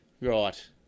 Right